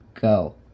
go